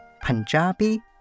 Punjabi